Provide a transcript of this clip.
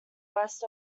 west